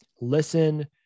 listen